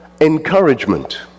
encouragement